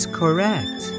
correct